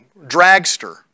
dragster